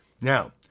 Now